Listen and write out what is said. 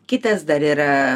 kitas dar yra